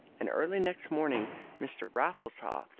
and early next morning mr. raffles haw,